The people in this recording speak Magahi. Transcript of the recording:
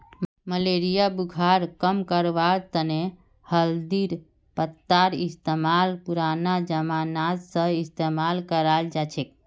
मलेरिया बुखारक कम करवार तने हल्दीर पत्तार इस्तेमाल पुरना जमाना स इस्तेमाल कराल जाछेक